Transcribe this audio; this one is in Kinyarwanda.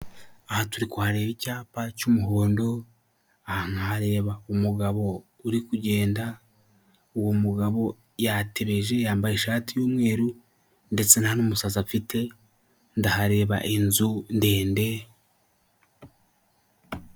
Aha turi kuhareba icyapa cy'umuhondo, nkahareba umugabo uri kugenda uwo mugabo yatebeje yambaye ishati y'umweru ndetse nta n'umusatsi amfite ndahareba inzu ndende.